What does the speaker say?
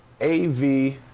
av